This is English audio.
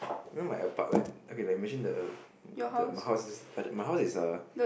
you know my apart right okay like imagine the the my house is like the my house is a